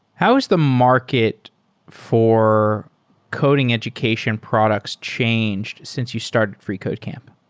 how has the market for coding education products changed since you started freecodecamp?